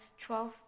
twelve